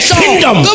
kingdom